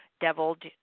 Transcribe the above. deviled